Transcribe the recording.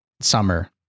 summer